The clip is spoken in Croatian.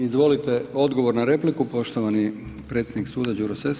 Izvolite odgovor na repliku, poštovani predsjednik suda Đuro SEsa.